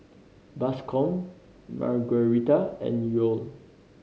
Bascom Margueritta and Yoel